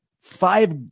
five